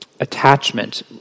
attachment